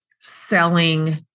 selling